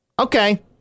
Okay